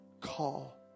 call